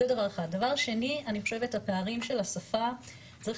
ודבר שני אני חושבת שהפערים של השפה צריך